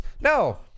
No